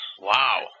Wow